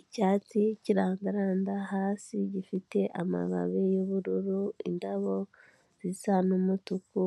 Icyatsi kirandaranda hasi gifite amababi y'ubururu, indabo zisa n'umutuku.